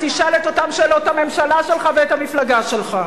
תשאל את אותן שאלות את הממשלה שלך ואת המפלגה שלך.